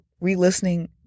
re-listening